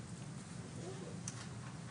בבקשה.